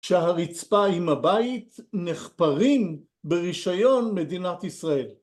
שהרצפה עם הבית נחפרים ברישיון מדינת ישראל.